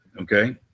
okay